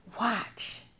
Watch